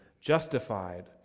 justified